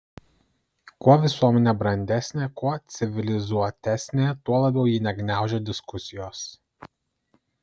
kuo visuomenė brandesnė kuo civilizuotesnė tuo labiau ji negniaužia diskusijos